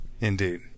Indeed